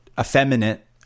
effeminate